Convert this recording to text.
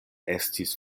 estis